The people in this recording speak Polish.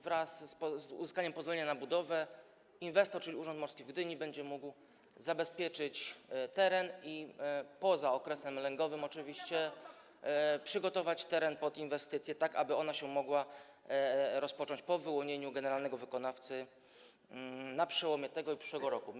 Wraz z uzyskaniem pozwolenia na budowę inwestor, czyli Urząd Morski w Gdyni, będzie mógł zabezpieczyć teren i przygotować - oczywiście poza okresem lęgowym - teren pod inwestycję, tak aby mogła się ona rozpocząć po wyłonieniu generalnego wykonawcy na przełomie tego i przyszłego roku.